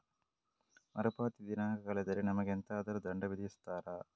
ಮರುಪಾವತಿ ದಿನಾಂಕ ಕಳೆದರೆ ನಮಗೆ ಎಂತಾದರು ದಂಡ ವಿಧಿಸುತ್ತಾರ?